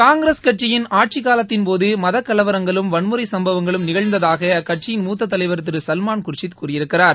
காங்கிரஸ் கட்சியின் ஆட்சிக் காலத்தின்போது மதக்கலவரங்களும் வன்முறை சம்பவங்களும் நிகழ்ந்ததாக அக்கட்சியின் மூத்த தலைவர் திரு சல்மான் குர்ஷித் கூறியிருக்கிறார்